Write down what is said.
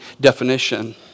definition